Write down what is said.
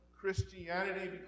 Christianity